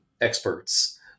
experts